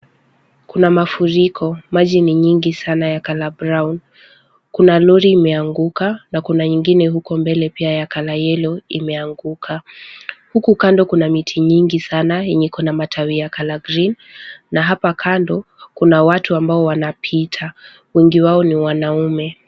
Kuna mafuriko. Maji ni nyingi sana ya colour brown .Kuna lori imeanguka na kuna nyingine huko mbele pia ya colour yellow imeanguka. Huku kando kuna miti nyingi sana yenye ikona matawi ya colour green na hapa kando kuna watu amabo wanapita. Wengi wao ni wanaume.